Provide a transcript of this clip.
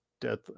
death